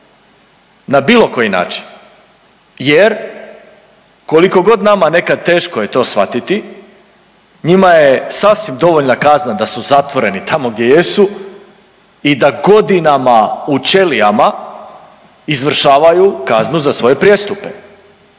na bio koji način jer koliko god nama nekad teško je to shvatiti njima je sasvim dovoljna kazna da su zatvoreni tamo gdje jesu i da godinama u ćelijama izvršavaju kaznu za svoje prijestupe.